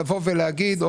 לבוא ולהגיד,